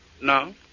No